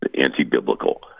anti-biblical